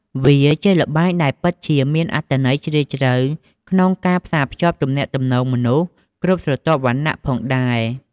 វាជាល្បែងដែលពិតជាមានអត្ថន័យជ្រាលជ្រៅក្នុងការផ្សារភ្ជាប់ទំនាក់ទំនងមនុស្សគ្រប់ស្រទាប់វណ្ណៈផងដែរ។